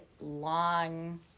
long